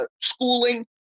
schooling